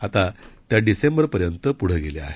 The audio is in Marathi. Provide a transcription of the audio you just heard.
आता त्या डिसेंबरपर्यंत पुढं गेल्या आहेत